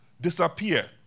disappear